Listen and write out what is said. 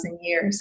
years